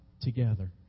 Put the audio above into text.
together